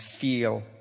feel